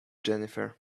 jennifer